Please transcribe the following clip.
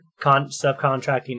subcontracting